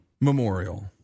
Memorial